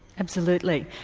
absolutely.